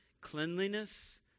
cleanliness